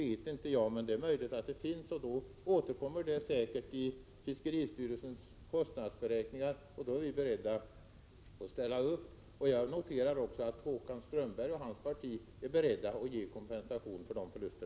Det finns kanske möjligheter och då återfinns redovisningen i fiskeristyrelsens kostnadsberäkningar. Vi är i så fall beredda att ställa upp, och jag noterar att Håkan Strömberg och hans parti är beredda att ge kompensation för dessa förluster.